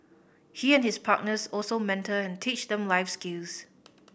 he and his partners also mentor and teach them life skills